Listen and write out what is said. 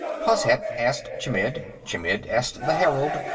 hozhet asked chmidd chmidd asked the herald,